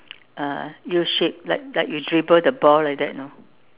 uh U shape like like you dribble the ball like that you know